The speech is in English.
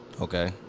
Okay